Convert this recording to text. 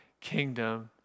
kingdom